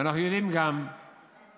אנחנו יודעים גם שבג"ץ,